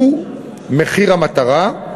הוא "מחיר המטרה"